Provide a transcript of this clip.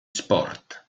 sport